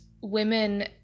women